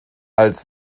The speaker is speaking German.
als